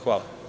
Hvala.